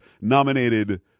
nominated